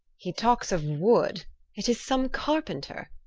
he talkes of wood it is some carpenter